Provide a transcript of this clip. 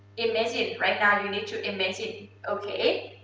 imagine, right now, you need to imagine, okay?